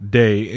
day